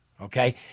okay